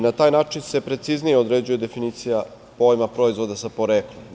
Na taj način se preciznije određuje definicija pojma proizvoda sa poreklom.